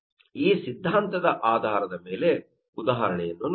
ಈ ಸಿದ್ದಾಂತದ ಆಧಾರದ ಮೇಲೆ ಉದಾಹರಣೆಯನ್ನು ನೋಡೊಣ